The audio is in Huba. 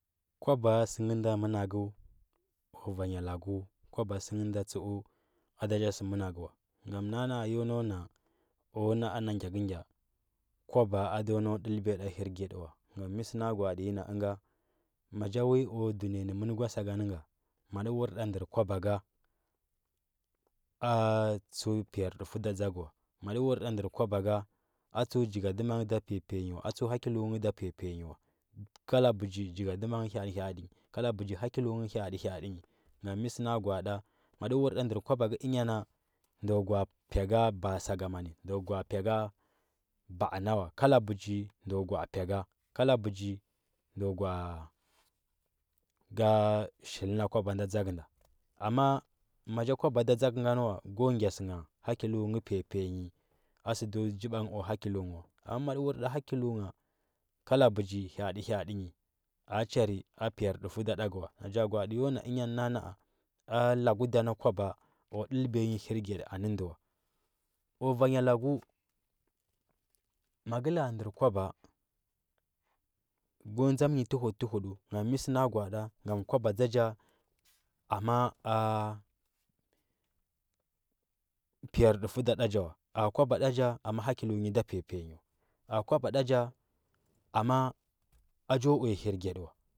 Kwaba sɚ ngɚ nda managu o vanyi lagu kwaba sɚ ngɚ nda tsɚu ada ja sɚ managu naya ma. a yo nau na o na’a na gyakɚgya kwaba ado nau dɚlibiya ɗ hirgyaɗi wa mɚ sɚ na gwa aɗi nyi na higa ma ja wi o dunɚya nɚ mɚn go sagan nɚ ga maɗi wur nda dɚr kwaba ga a tsɚu piyar dufɚu da dȝa ngɚ wa maɗi wur ɗa dur kwaba ga a tsuɚ jigadima ngɚ da piya piya nyi wa a tsuɚ hakilu ngɚ da piya piya nyi wa kala bɚgi jigadima ngɚ hyaɗi hyaɗi nyi gam mɚ sɚ na gwa aɗi maɗu wur nda dɚr kwaba ngɚ ɚnyana njo gwa. a pi go ba a sagamanɚ ndo gwa. a p ga ba. a nawa kala bɚgi njo gwaa pi ga kala bɚgi njo gwaa ga shil na kwaba nda dȝa ngɚ gani wa go gya sɚ ngha hakilu nghɚ piya piya nyi a sɚ ndo hakilu ngɚ ula amma ma gɚ wur ɗa haki lu ngha kala bɚgi ha’aɗi ha’aɗi nyi a chirɚ di a piyar dufɚu da ɗagu wla na ga gwaaɗi yo na nyan nan na, a a lugu da na kwaba o ɗɚl biya nyi ltirgyaɗi anɚ ndɚ wa o va nya lagu ma ngɚ la. a ndɚr kwaba go dȝa nyi tuhuɗu tuhuɗu gam mɚ sɚ na gwa, a ɗi gam kwaba dȝa ja amma piyar dufɚu ɗa ɗa ja wa a kwaba ɗa ja amma hakilu nyi da piya piya nyi wa a kwaba ɗa ja amna a jo uya hirgya ɗi wa